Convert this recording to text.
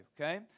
okay